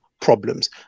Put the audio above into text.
problems